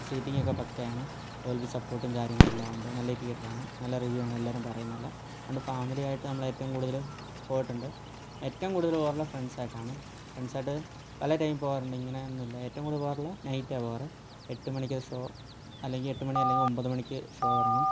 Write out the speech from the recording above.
seating ഒക്കെ പക്കയാണ് അതുപോലെ സപ്പോർട്ടും കാര്യങ്ങളെല്ലാം ഉണ്ട് നല്ല തീയേറ്ററാണ് നല്ല റെവ്യൂവാണ് എല്ലാവരും പറയുന്നത് നല്ല അതുകൊണ്ട് ഫാമിലിയായിട്ട് നമ്മൾ ഏറ്റവും കൂടുതൽ പോയിട്ടുണ്ട് ഏറ്റവും കൂടുതൽ പോകാറുള്ളത് ഫ്രണ്ട്സായിട്ടാണ് ഫ്രണ്ട്സായിട്ട് പല ടൈമിൽ പോകാറുണ്ട് ഇങ്ങനെ ഒന്നുമില്ല ഏറ്റവും കൂടുതൽ പോകാറുള്ളത് നൈറ്റ് ആ പോകാർ എട്ട് മണിക്ക് ഷോ അല്ലെങ്കിൽ എട്ടുമണി അല്ലെങ്കിൽ ഒൻപത് മണിക്ക് ഷോ തുടങ്ങും